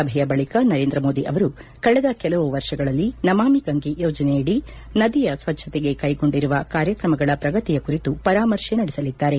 ಸಭೆಯ ಬಳಿಕ ನರೇಂದ್ರ ಮೋದಿ ಅವರು ಕಳೆದ ಕೆಲವು ವರ್ಷಗಳಲ್ಲಿ ನಮಾಮಿ ಗಂಗೆ ಯೋಜನೆಯಡಿ ನದಿಯ ಸ್ವಚ್ಗತೆಗೆ ಕೈಗೊಂಡಿರುವ ಕಾರ್ಯಕ್ರಮಗಳ ಪ್ರಗತಿಯ ಕುರಿತು ಪರಾಮರ್ಶೆ ನಡೆಸಲಿದ್ದಾರೆ